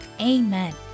Amen